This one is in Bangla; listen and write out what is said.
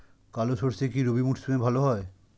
কালো সরষে কি রবি মরশুমে ভালো হয়?